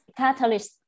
catalyst